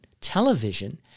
television